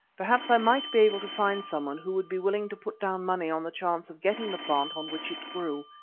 perhaps i might be able to find someone who would be willing to put down money on the chance of getting the plant on which it grew.